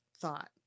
thought